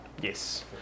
Yes